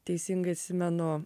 teisingai atsimenu